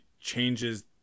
changes